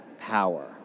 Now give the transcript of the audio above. power